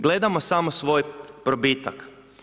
Gledamo samo svoj probitak.